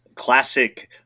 Classic